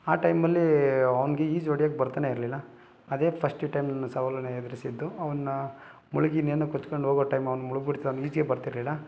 ಆ ಟೈಮಲ್ಲಿ ಅವ್ನಿಗೆ ಈಜು ಹೊಡಿಯಕ್ ಬರ್ತಾನೆ ಇರಲಿಲ್ಲ ಅದೇ ಫಸ್ಟ ಟೈಮ್ ನನ್ನ ಸವಾಲನ್ನು ಎದುರಿಸಿದ್ದು ಅವನನ್ನ ಮುಳುಗಿ ಇನ್ನೇನು ಕೊಚ್ಕೊಂಡು ಹೋಗೊ ಟೈಮ್ ಅವ್ನು ಮುಳುಗ್ಬಿಡ್ತಾನೆ ಈಜೇ ಬರ್ತಿರಲಿಲ್ಲ